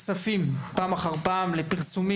בסוף אנחנו נחשפים פעם אחר פעם לפרסומים,